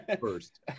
first